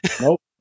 Nope